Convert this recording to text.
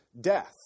death